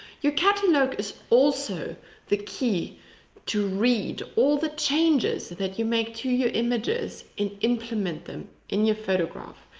your catalogue is also the key to read all the changes that you make to your images, and implement them in your photograph.